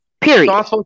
period